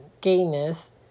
gayness